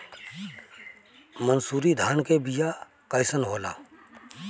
मनसुरी धान के बिया कईसन होला?